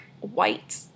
white